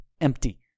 empty